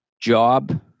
job